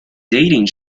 dating